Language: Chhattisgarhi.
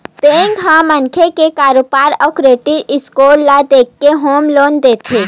बेंक ह मनखे के कारोबार अउ क्रेडिट स्कोर ल देखके होम लोन देथे